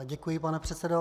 Děkuji, pane předsedo.